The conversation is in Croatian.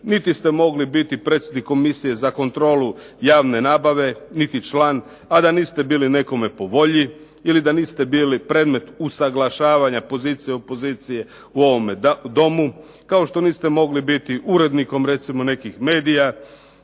Niti ste mogli biti predsjednik Komisije za kontrolu javne nabave niti član a da niste bili nekome po volji ili da niste bili predmet usaglašavanja pozicije i opozicije u ovome domu kao što niste mogli biti urednikom recimo nekih medija